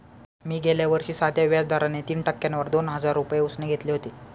मी गेल्या वर्षी साध्या व्याज दराने तीन टक्क्यांवर दोन हजार रुपये उसने घेतले होते